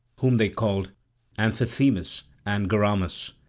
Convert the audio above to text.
whom they call amphithemis and garamas.